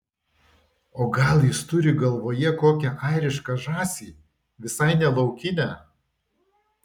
o gal jis turi galvoje kokią airišką žąsį visai ne laukinę